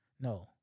No